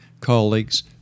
colleagues